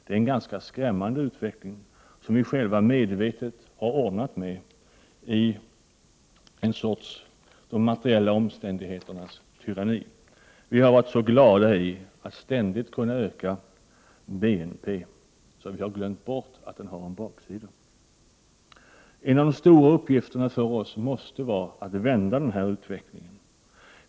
Det är en ganska skrämmande utveckling som vi själva medvetet har ordnat i ett de materiella omständigheternas tyranni. Vi har varit så glada i att ständigt kunna öka BNP, att vi har glömt bort att den har en baksida. En av de största uppgifterna måste vara att vända denna utveckling.